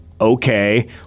okay